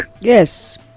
yes